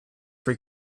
free